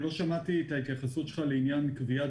לא שמעתי את ההתייחסות שלך לעניין קביעת